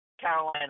Carolina